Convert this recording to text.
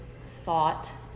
thought